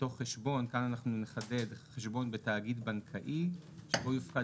מתוך חשבון- כאן אנחנו נחדד בתאגיד בנקאי שבו יופקד